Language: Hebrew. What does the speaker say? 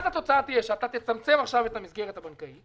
אז התוצאה תהיה שאתה תצמצם עכשיו את המסגרת הבנקאית,